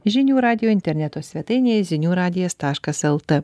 žinių radijo interneto svetainėj zinių radijo taškas lt